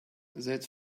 that